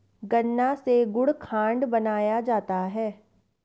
गन्ना से गुड़ खांड बनाया जाता है